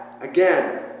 again